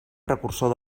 precursor